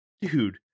dude